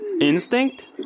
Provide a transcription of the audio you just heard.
Instinct